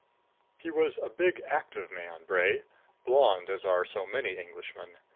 he was a big active man bray blond as are so many englishmen.